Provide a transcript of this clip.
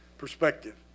perspective